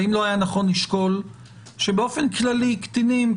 האם לא היה נכון לשקול שבאופן כללי קטינים,